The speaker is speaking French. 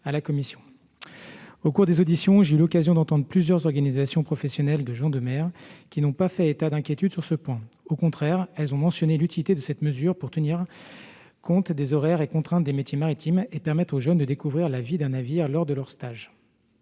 Au cours des auditions en commission, j'ai eu l'occasion d'entendre plusieurs organisations professionnelles de gens de mer. Elles n'ont pas fait état d'inquiétudes sur ce point. Au contraire, elles ont mentionné l'utilité de cette mesure pour tenir compte des horaires et contraintes des métiers maritimes et permettre aux jeunes de découvrir la vie d'un navire lors de leurs stages.